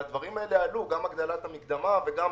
והדברים האלה עלו גם הגדלת המקדמה וגם